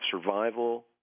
survival